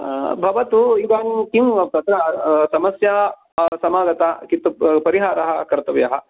भवतु इदानीं किं तत्र समस्या समागता किन्तु परिहारः कर्तव्यः